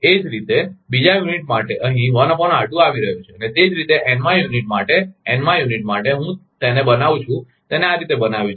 એ જ રીતે બીજા યુનિટ માટે અહીં આવી રહ્યું છે અને તે જ રીતે n માં યુનિટ માટે n માં યુનિટ માટે હું તેને બનાવું છું તેને આ રીતે બનાવ્યું છે